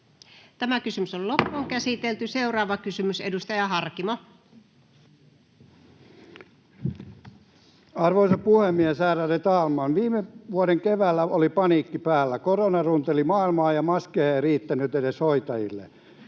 Aika!] ei ratkea. Seuraava kysymys, edustaja Harkimo. Arvoisa puhemies, ärade talman! Viime vuoden keväällä oli paniikki päällä. Korona runteli maailmaa, ja maskeja ei riittänyt edes hoitajille.